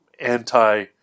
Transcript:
anti